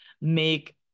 make